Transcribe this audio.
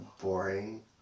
boring